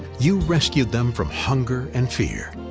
you rescued them from hunger and fear.